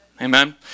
Amen